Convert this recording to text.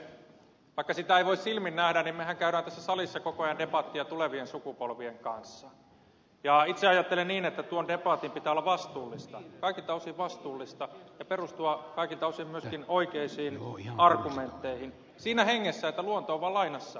vaikka sitä ei voi silmin nähdä niin mehän käymme tässä salissa koko ajan debattia tulevien sukupolvien kanssa ja itse ajattelen niin että tuon debatin pitää olla vastuullista kaikilta osin vastuullista ja perustua kaikilta osin myöskin oikeisiin argumentteihin siinä hengessä että luonto on vain lainassa lapsiltamme